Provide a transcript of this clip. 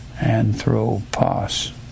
Anthropos